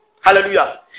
Hallelujah